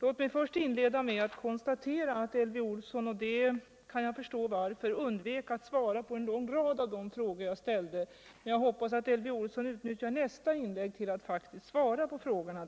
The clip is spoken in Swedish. Låt mig inleda med att konstatera att Elvy Olsson —- och jag kan förstå varför 59 60 —- undvek att svara på en lång rad av de frågor jag ställde. Men jag hoppas att Elvy Olsson utnyttjar nästa inlägg till att faktiskt svara på frågorna.